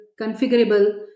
configurable